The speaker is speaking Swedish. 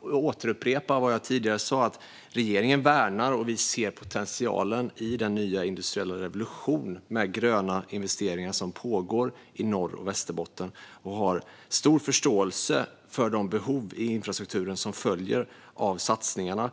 återupprepa vad jag tidigare sa: Regeringen värnar och ser potentialen i den nya industriella revolution med gröna investeringar som pågår i Norr och Västerbotten och har stor förståelse för de infrastrukturbehov som följer av satsningarna.